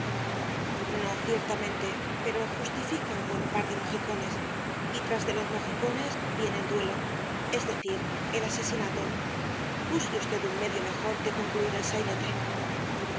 no ciertamente pero justifica un buen par de mojicones y tras de los mojicones viene el duelo es decir el asesinato busque usted un medio mejor de concluir el saínete